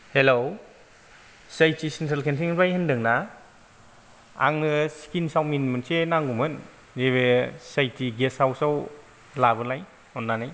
hello C I T central canteen निफ्राय होनदों ना आंनो चिकेन चावमिन मोनसे नांगौमोन नैबे C I T guest house लाबोलाय अननानै